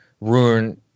ruin